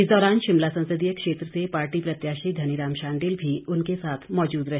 इस दौरान शिमला संसदीय क्षेत्र से पार्टी प्रत्याशी धनीराम शांडिल भी उनके साथ मौजूद रहे